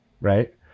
right